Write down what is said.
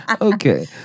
Okay